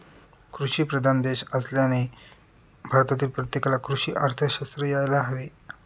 कृषीप्रधान देश असल्याने भारतातील प्रत्येकाला कृषी अर्थशास्त्र यायला हवे